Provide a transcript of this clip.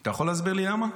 אתה יכול להסביר לי למה?